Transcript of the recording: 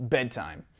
Bedtime